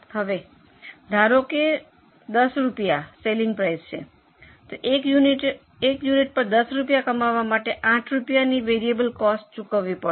તો ધારો કે 10 રૂપિયા સેલલિંગ પ્રાઇસ છે એક યુનિટ પર 10 રૂપિયા કમાવવા માટે મારે 8 રૂપિયાની વેરિયેબલ કોસ્ટ ચૂકવવી પડશે